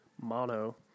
mono